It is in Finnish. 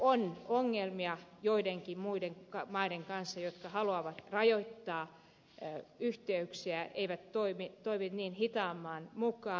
on ongelmia joidenkin muiden maiden kanssa jotka haluavat rajoittaa yhteyksiä eivät toimi niin hitaamman mukaan